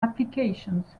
applications